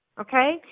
okay